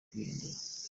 kuyihindura